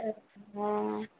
অঁ